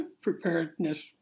preparedness